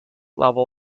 level